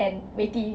and weity